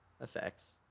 effects